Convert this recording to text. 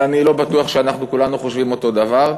ואני לא בטוח שאנחנו כולנו חושבים אותו הדבר,